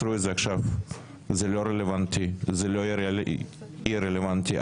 זה לא רלוונטי, זה לא יהיה רלוונטי.